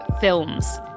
films